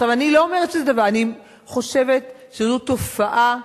אני לא אומרת שזה דבר, אני חושבת שזו תופעה חמורה.